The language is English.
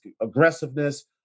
aggressiveness